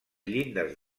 llindes